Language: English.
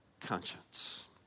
conscience